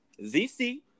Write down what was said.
ZC